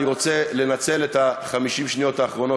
אני רוצה לנצל את 50 השניות האחרונות